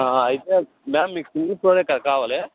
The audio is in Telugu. అయితే మ్యామ్ మీకు సింగిల్ ఫ్లోరే కదా కావాలి